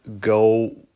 go